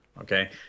okay